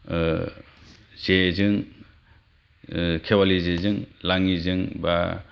जेजों खेवालि जेजों लाङिजों